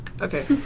okay